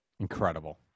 Incredible